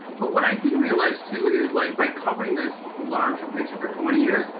but what i didn't realize too is like by covering this larger picture for twenty years,